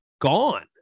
gone